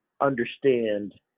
understand